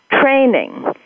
training